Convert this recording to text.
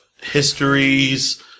histories